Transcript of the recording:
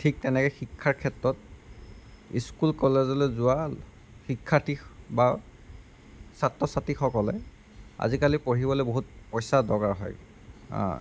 ঠিক তেনেকৈ শিক্ষাৰ ক্ষেত্ৰত স্কুল কলেজলৈ যোৱা শিক্ষাৰ্থী বা ছাত্ৰ ছাত্ৰীসকলে আজিকালি পঢ়িবলৈ বহুত পইচা দৰকাৰ হয়